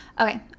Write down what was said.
Okay